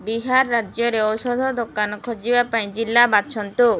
ବିହାର ରାଜ୍ୟରେ ଔଷଧ ଦୋକାନ ଖୋଜିବା ପାଇଁ ଜିଲ୍ଲା ବାଛନ୍ତୁ